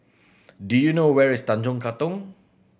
do you know where is Tanjong Katong